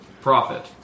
profit